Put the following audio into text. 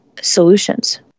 solutions